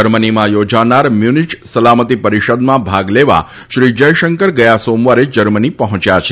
જર્મનીમાં યોજાનાર મ્યુનિય સલામતી પરિષદમાં ભાગ લેવા શ્રી જયશંકર ગયા સોમવારે જર્મની પહોચ્યા છે